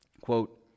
quote